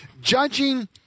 judging